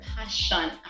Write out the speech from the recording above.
passion